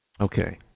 Okay